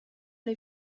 les